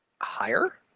higher